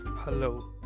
Hello